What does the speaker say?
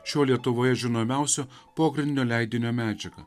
šio lietuvoje žinomiausio pogrindinio leidinio medžiagą